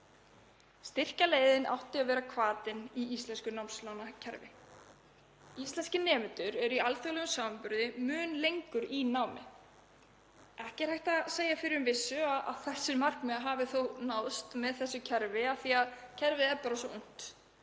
Styrkjaleiðin átti að vera hvatinn í íslensku námslánakerfi. Íslenskir nemendur eru í alþjóðlegum samanburði mun lengur í námi en aðrir. Ekki er hægt að segja með vissu að þessi markmið hafi náðst með þessu kerfi af því að kerfið er svo nýtt,